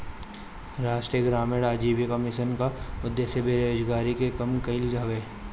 राष्ट्रीय ग्रामीण आजीविका मिशन कअ उद्देश्य बेरोजारी के कम कईल हवे